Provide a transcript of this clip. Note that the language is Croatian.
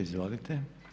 Izvolite.